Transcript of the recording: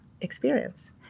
experience